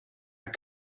are